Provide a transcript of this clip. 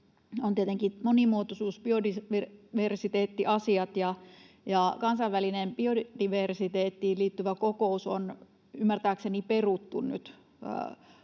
on tietenkin monimuotoisuus-, biodiversiteettiasiat. Kansainvälinen biodiversiteettiin liittyvä kokous on